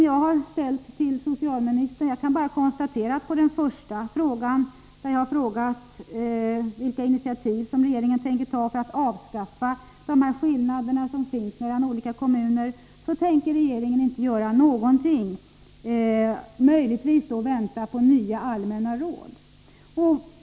Jag kan konstatera att svaret på min första fråga till socialministern, vilka initiativ regeringen tänker ta för att avskaffa de skillnader som finns mellan olika kommuner, är att regeringen inte tänker göra någonting — utom möjligen att vänta på nya allmänna råd.